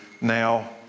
Now